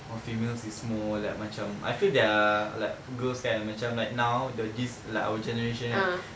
or females is more like macam I feel that uh like girls kan macam like now the this like our generation kan